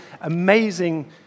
amazing